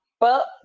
Well-